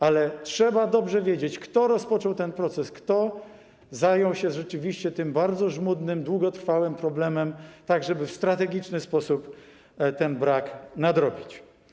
Ale trzeba dobrze wiedzieć, kto rozpoczął ten proces, kto zajął się rzeczywiście tym bardzo żmudnym, długotrwałym problemem, tak żeby w strategiczny sposób ten brak nadrobić.